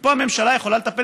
ופה הממשלה יכולה לטפל,